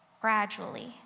gradually